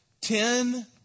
Ten